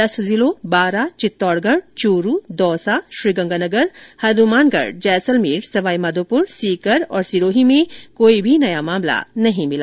दस जिलों बारां चित्तौड़गढ़ च्रू दौसा श्रीगंगानगर हनुमानगढ़ जैसलमेर सवाई माधोपुर सीकर और सिरोही में कोई भी नया मामला नहीं मिला